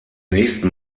nächsten